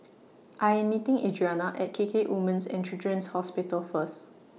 I Am meeting Adrianna At K K Women's and Children's Hospital First